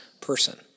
person